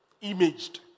imaged